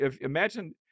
Imagine